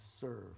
serve